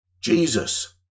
Jesus